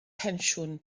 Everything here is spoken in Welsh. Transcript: pensiwn